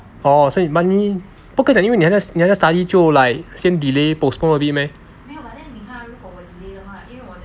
orh 所以 but 你不可以讲因为你好像 study 你好像 study 就 like 先 delay postpone a bit meh